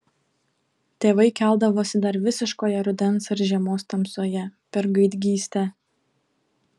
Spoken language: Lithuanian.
tėvai keldavosi dar visiškoje rudens ar žiemos tamsoje per gaidgystę